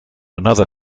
another